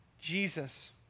Jesus